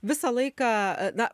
visą laiką na